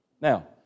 Now